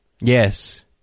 Yes